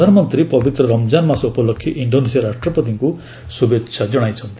ପ୍ରଧାନମନ୍ତ୍ରୀ ପବିତ୍ର ରମକାନ ମାସ ଉପଲକ୍ଷେ ଇଷ୍ଡୋନେସିଆ ରାଷ୍ଟ୍ରପତିଙ୍କୁ ଶ୍ରଭେଚ୍ଛା ଜଣାଇଚ୍ଚନ୍ତି